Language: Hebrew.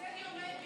בגלל זה אני אומרת,